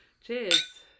Cheers